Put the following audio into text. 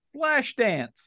Flashdance